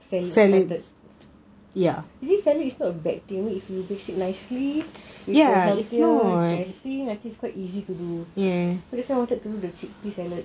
salads actually salad is not a bad thing if you dress it nicely you get a healthier dressing I think it's quite easy to do that's why I wanted to do the salad